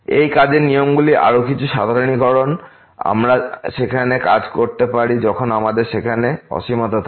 এই কাজের নিয়মগুলির আরও কিছু সাধারণীকরণ আমরা সেখানে কাজ করতে পারি যখন আমাদের সেখানে অসীমতা থাকে